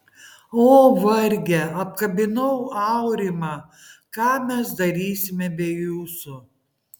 o varge apkabinau aurimą ką mes darysime be jūsų